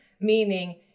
Meaning